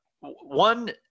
one